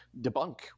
debunk